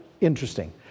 Interesting